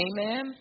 Amen